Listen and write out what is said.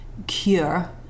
Cure